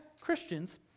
Christians